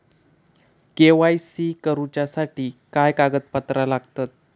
KYC करूच्यासाठी काय कागदपत्रा लागतत?